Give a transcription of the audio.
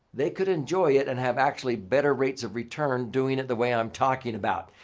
they could enjoy it and have actually better rates of return doing it the way i'm talking about.